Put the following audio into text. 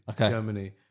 Germany